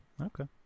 Okay